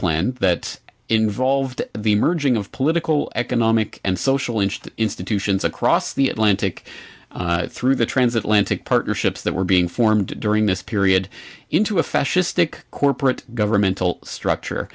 plan that involved the merging of political economic and social interest institutions across the atlantic through the transatlantic partnership that were being formed during this period into a fascist stick corporate governmental structure